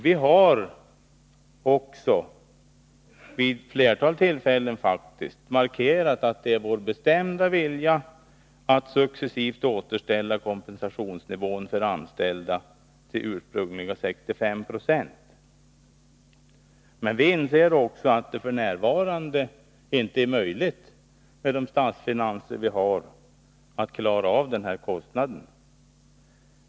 Vi har faktiskt också vid ett flertal tillfällen markerat att det är vår bestämda vilja att successivt återställa kompensationsnivån för de anställda till ursprungliga 65 Jo. Men vi inser också att det f. n. inte är möjligt med de statsfinanser vi har att klara denna kostnad.